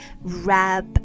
wrap